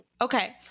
Okay